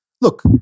look